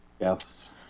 Yes